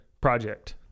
project